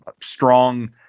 strong